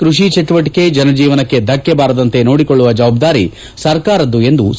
ಕೃಷಿ ಚಟುವಟಿಕೆ ಜನಜೀವನಕ್ಕೆ ದಕ್ಕೆ ಬಾರದಂತೆ ನೋಡಿಕೊಳ್ಳುವ ಜವಾಬ್ದಾರಿ ಸರ್ಕಾರದ್ದು ಎಂದು ಸಿ